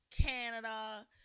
Canada